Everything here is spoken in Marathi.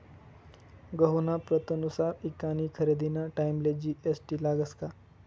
गहूना प्रतनुसार ईकानी खरेदीना टाईमले जी.एस.टी लागस का?